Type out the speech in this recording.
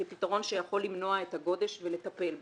וכפתרון שיכול למנוע את הגודש ולטפל בו.